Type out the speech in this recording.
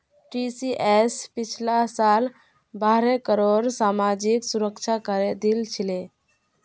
TCS पिछला साल बारह करोड़ सामाजिक सुरक्षा करे दिल छिले